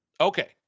Okay